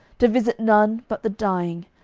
to visit none but the dying,